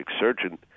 surgeon